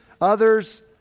others